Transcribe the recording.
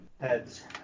Heads